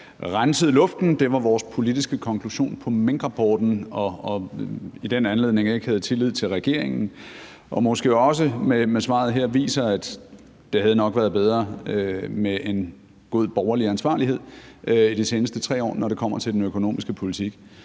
renset luften, hvilket var ens politiske konklusion på minkrapporten, og man i den anledning ikke havde tillid til regeringen, og måske også med svaret her viser, at det nok havde været bedre med en god borgerlig ansvarlighed i de seneste 3 år, når det kommer til den økonomiske politik,